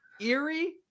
eerie